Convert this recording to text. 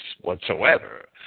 whatsoever